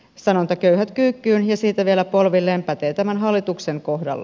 sanonta köyhät kyykkyyn ja siitä vielä polvilleen pätee tämän hallituksen kohdalla